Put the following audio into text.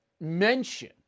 mention